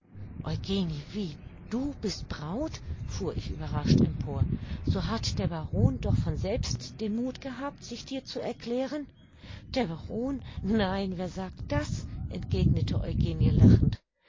wie du bist braut fuhr ich überrascht empor so hat der baron doch von selbst den muth gehabt sich dir zu erklären der baron nein wer sagt das entgegnete eugenie lachend